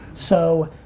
so,